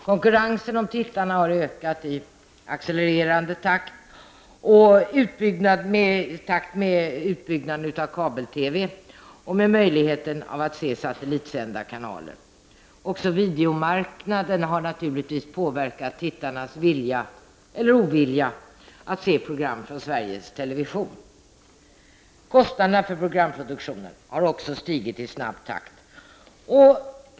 Konkurrensen om tittarna har ökat i accelerande fart i takt med utbyggnaden av kabel-TV och med möjligheten att se satellitsända kanaler. Också videomarknaden har naturligtvis påverkat tittarnas vilja, eller ovilja, att se program från Sveriges Television. Kostnaderna för programproduktionen har också stigit i snabb takt.